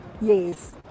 yes